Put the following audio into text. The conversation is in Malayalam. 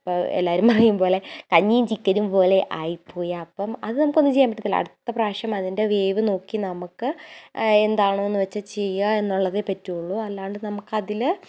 എല്ലാവരും പറയുംപോലെ കഞ്ഞിയും ചിക്കനും പോലെ ആയിപോയി അപ്പം അത് നമുക്ക് ഒന്നും ചെയ്യാൻ പറ്റത്തില്ല അടുത്ത പ്രാവശ്യം അതിൻ്റെ വേവ് നോക്കി നമുക്ക് എന്താണ് എന്ന് വെച്ചാൽ ചെയ്യുക എന്നുള്ളതെ പറ്റുകയുള്ളൂ അല്ലാണ്ട് നമുക്ക് അതിൽ